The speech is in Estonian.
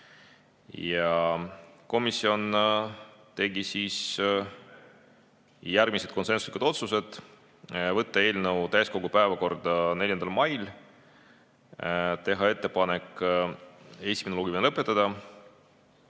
komisjon tegi järgmised konsensuslikud otsused: võtta eelnõu täiskogu päevakorda 4. maiks, teha ettepanek esimene lugemine lõpetada,